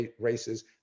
races